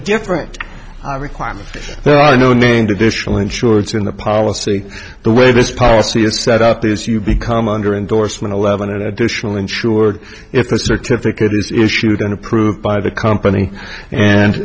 different climate there are no named additional insurance in the policy the way this policy is set up this you become under endorsement eleven an additional insured if a certificate is issued an approved by the company and